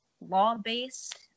law-based